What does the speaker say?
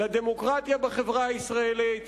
לדמוקרטיה בחברה הישראלית.